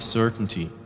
certainty